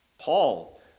Paul